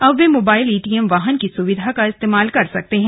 अब वे mobile ATM वाहन की सुविधा का इस्तेमाल कर सकते हैं